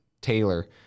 Taylor